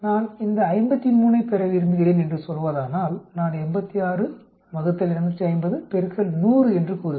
நான் இந்த 53 ஐப் பெற விரும்புகிறேன் என்று சொல்வதானால் நான் 86 ÷ 250 100 என்று கூறுவேன்